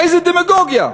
איזו דמגוגיה.